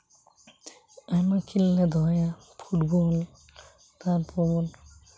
ᱟᱭᱢᱟ ᱠᱷᱮᱞ ᱞᱮ ᱫᱚᱦᱚᱭᱟ ᱯᱷᱩᱴᱵᱚᱞ ᱛᱟᱨᱯᱚᱨ